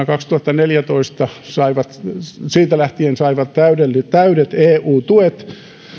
kaksituhattaneljätoista lähtien ne saivat täydet täydet eu tuet